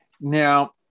Now